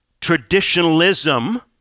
traditionalism